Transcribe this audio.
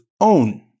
own